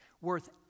worth